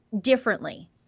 differently